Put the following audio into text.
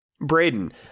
Braden